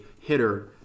hitter